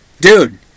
Dude